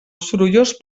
sorollós